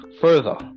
Further